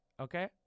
okay